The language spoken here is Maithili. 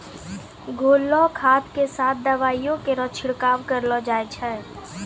घोललो खाद क साथें दवाइयो केरो छिड़काव करलो जाय छै?